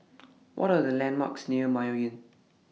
What Are The landmarks near Mayo Inn